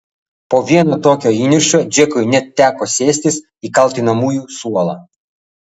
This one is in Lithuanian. po vieno tokio įniršio džekui net teko sėstis į kaltinamųjų suolą